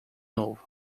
novo